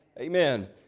Amen